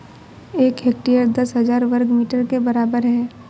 एक हेक्टेयर दस हजार वर्ग मीटर के बराबर है